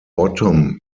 bottom